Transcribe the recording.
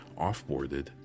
offboarded